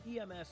EMS